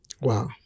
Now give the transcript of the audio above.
Wow